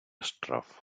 штраф